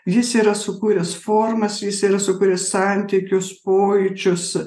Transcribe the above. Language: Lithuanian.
jis yra sukūręs formas jis yra sukūręs santykius pojūčius